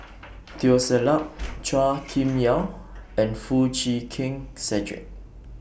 Teo Ser Luck Chua Kim Yeow and Foo Chee Keng Cedric